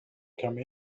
come